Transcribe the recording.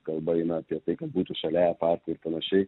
kalba eina apie tai kad būtų šalia e parko ir panašiai